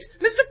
Mr